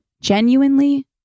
genuinely